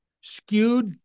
skewed